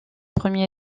premier